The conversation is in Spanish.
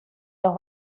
los